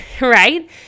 right